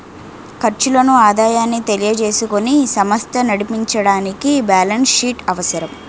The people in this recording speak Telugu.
ఖర్చులను ఆదాయాన్ని తెలియజేసుకుని సమస్త నడిపించడానికి బ్యాలెన్స్ షీట్ అవసరం